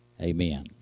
Amen